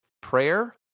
prayer